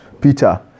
Peter